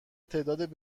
تعداد